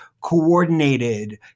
coordinated